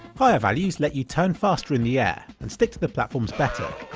higher values let you turn faster in the air, and stick to the platforms better.